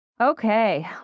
Okay